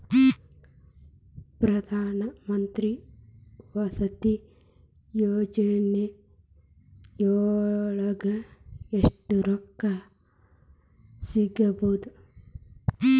ಪ್ರಧಾನಮಂತ್ರಿ ವಸತಿ ಯೋಜನಿಯೊಳಗ ಎಷ್ಟು ರೊಕ್ಕ ಸಿಗಬೊದು?